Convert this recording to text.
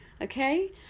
Okay